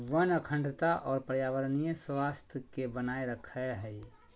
वन अखंडता और पर्यावरणीय स्वास्थ्य के बनाए रखैय हइ